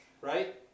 right